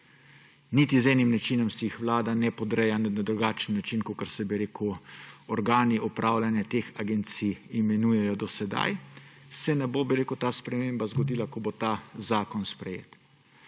Niti z enim načinom si jih vlada ne podreja, ne bo se na drugačen način, kot se organi upravljanja teh agencij imenujejo do sedaj, ta sprememba zgodila, ko bo ta zakon sprejet.